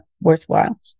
worthwhile